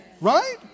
Right